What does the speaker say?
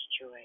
joy